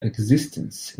existence